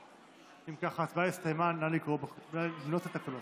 אם כך, ההצבעה הסתיימה, נא למנות את הקולות.